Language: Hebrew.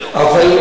אבל שוב,